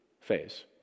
phase